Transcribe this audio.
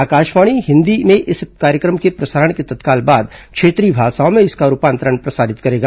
आकाशवाणी हिंदी में इस कार्यक्रम के प्रसारण के तत्काल बाद क्षेत्रीय भाषाओं में इसका रूपांतरण प्रसारित करेगा